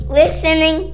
listening